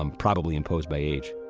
um probably imposed by age